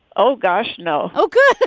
oh, gosh, no. oh, good but